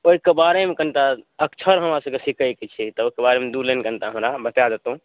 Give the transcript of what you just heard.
ओहिके बारेमे कनिटा अक्षर हमरासबकेँ सिखैके छै तऽ ओहिके बारेमे दू लाइन कनिटा हमरा अहाँ बता दितहुँ